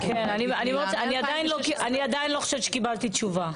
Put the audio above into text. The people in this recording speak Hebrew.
אני עדיין לא חושבת שקיבלתי תשובה.